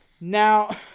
Now